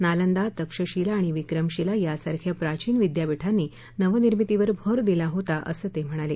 नालंदा तक्षशीला आणि विक्रमशीला यांसारख्या प्राचीन विद्यापीठांनी नवनिर्मितीवर भर दिला होता असं ते म्हणाले